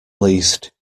least